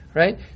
right